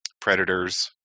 predators